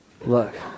Look